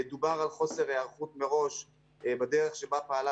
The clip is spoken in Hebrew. דובר על חוסר היערכות מראש בדרך שבה פעלה